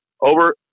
over